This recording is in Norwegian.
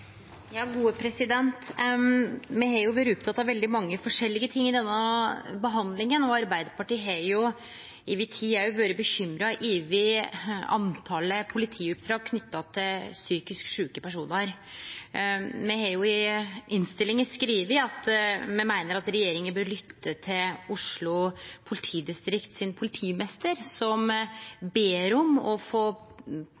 Arbeidarpartiet har over tid òg vore bekymra over talet på politioppdrag knytte til psykisk sjuke personar. Me har skrive i innstillinga at me meiner at regjeringa bør lytte til politimeistaren i Oslo politidistrikt,